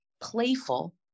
playful